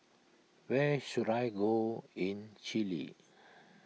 where should I go in Chile